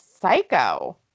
psycho